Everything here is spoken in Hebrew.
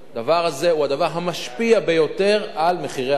זה הדבר המשפיע ביותר על מחירי הדירות,